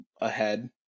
ahead